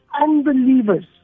unbelievers